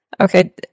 Okay